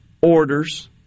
orders